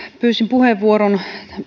pyysin puheenvuoron